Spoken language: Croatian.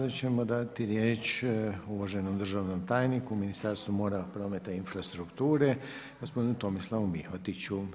Sada ćemo dati riječ uvaženom državnom tajniku u Ministarstvu mora, prometa i infrastrukture gospodinu Tomislavu Mihotiću.